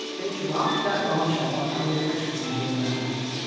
they dropped that bombshell on elliot richardson during that meeting.